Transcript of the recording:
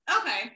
okay